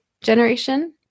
generation